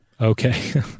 Okay